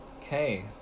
okay